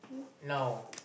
now